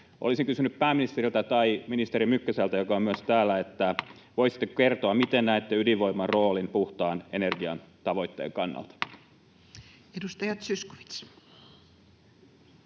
Olisin kysynyt pääministeriltä tai ministeri Mykkäseltä, joka myös on täällä: voisitteko kertoa, miten näette ydinvoiman roolin puhtaan energian tavoitteen kannalta? Edustaja Zyskowicz.